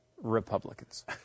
Republicans